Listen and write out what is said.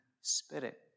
Spirit